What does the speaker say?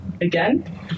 again